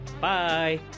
Bye